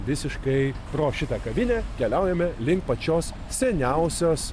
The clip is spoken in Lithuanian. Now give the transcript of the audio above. visiškai pro šitą kavinę keliaujame link pačios seniausios